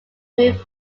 move